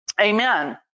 Amen